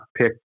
pick